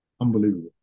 Unbelievable